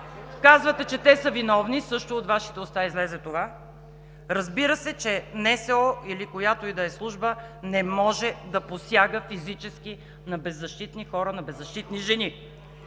Казвате, че те са виновни, също от Вашите уста излезе това. Разбира се, че НСО, или която и да е служба, не може да посяга физически на беззащитни хора, на беззащитни жени!